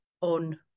on